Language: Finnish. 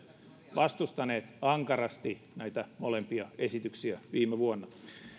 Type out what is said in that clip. vastustaneet ankarasti näitä molempia esityksiä viime vuonna